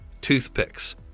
toothpicks